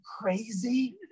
crazy